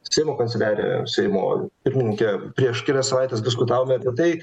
seimo kanceliarija seimo pirmininke prieš kelias savaites diskutavome apie tai